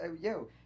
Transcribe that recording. yo